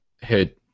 Hey